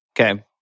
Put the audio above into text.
okay